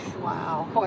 Wow